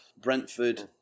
Brentford